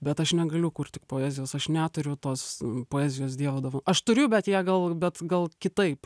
bet aš negaliu kurt tik poezijos aš neturiu tos poezijos dievo dovan aš turiu bet ją gal bet gal kitaip